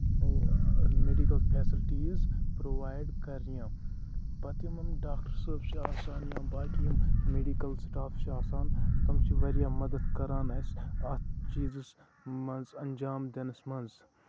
او medical facilities provide کرنہِ پَتہٕ یِمن ڈاکٹر صٲب چھُ آسان یا باقٕے یِم میڈِکل سِٹاف چھُ آسان تٔمۍ چھ واریاہ مدتھ کران اَسہِ اَتھ چیٖزَس منٛز اَنجام دِنَس منٛز